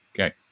Okay